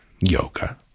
yoga